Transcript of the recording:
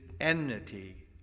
enmity